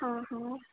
हाँ हाँ